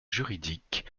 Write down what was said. juridiques